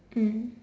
mm